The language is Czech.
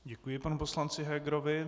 Děkuji panu poslanci Hegerovi.